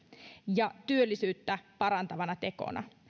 ja työllisyyttä parantavana tekona